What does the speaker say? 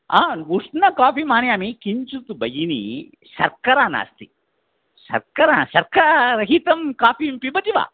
आ उष्णकाफ़ीम् आनयामि किञ्चिद् भगिनि शर्करा नास्ति शर्करा शर्करा रहितं काफ़ीं पिबति वा